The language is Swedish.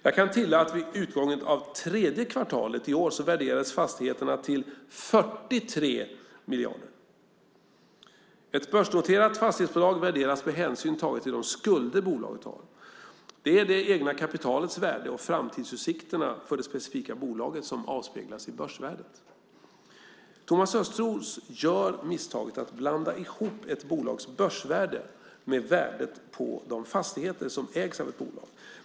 Jag kan tillägga att vid utgången av tredje kvartalet 2007 värderades fastigheterna till ca 43 miljarder. Ett börsnoterat fastighetsbolag värderas med hänsyn tagen till de skulder bolaget har. Det är det egna kapitalets värde och framtidsutsikterna för det specifika bolaget som avspeglar sig i börsvärdet. Thomas Östros gör misstaget att blanda ihop ett bolags börsvärde med värdet på de fastigheter som ägs av ett bolag.